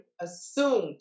assume